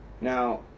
now